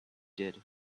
did